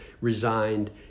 resigned